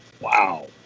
Wow